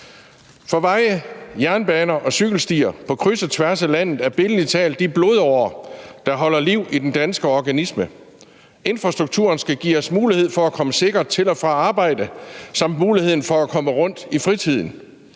For veje, jernbaner og cykelstier på kryds og tværs af landet er billedlig talt de blodårer, der holder liv i den danske organisme. Infrastrukturen skal give os mulighed for at komme sikkert til og fra arbejde samt mulighed for at komme rundt i fritiden,